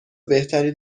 بهتری